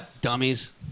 dummies